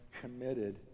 committed